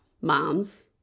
moms